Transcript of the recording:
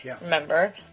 Remember